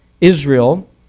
Israel